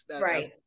Right